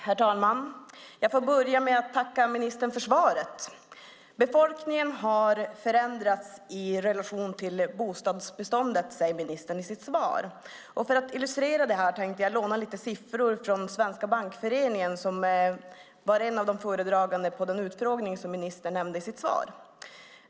Herr talman! Låt mig börja med att tacka ministern för svaret. Befolkningen har förändrats i relation till bostadsbeståndet, säger ministern i sitt svar. För att illustrera detta tänkte jag låna lite siffror från Svenska Bankföreningen, som var en av de föredragande vid den utfrågning som ministern nämnde i sitt svar.